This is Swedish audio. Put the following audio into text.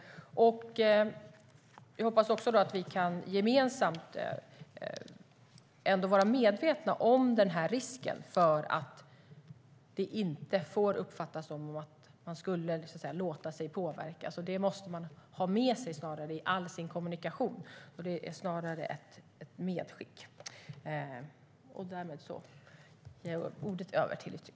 Jag hoppas ändå att vi gemensamt kan vara medvetna om risken för att det uppfattas som att man skulle låta sig påverkas. Det måste man ha med sig i all sin kommunikation. Det är snarare ett medskick.